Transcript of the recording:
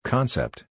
Concept